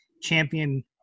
champion